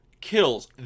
Kills